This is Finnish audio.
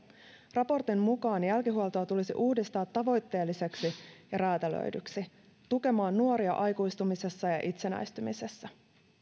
raportin mukaan jälkihuoltoa tulisi uudistaa tavoitteelliseksi ja räätälöidyksi tukemaan nuoria aikuistumisessa ja ja itsenäistymisessä